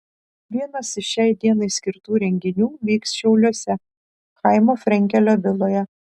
vienas iš šiai dienai skirtų renginių vyks šiauliuose chaimo frenkelio viloje